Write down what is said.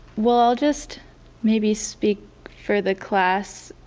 well, i'll just maybe speak for the class.